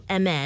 MN